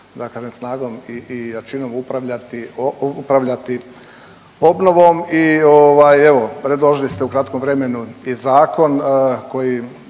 da kažem snagom i jačinom upravljati obnovom i ovaj, evo, predložili ste u kratkom vremenu i zakon koji